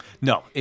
No